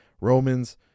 romans